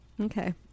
Okay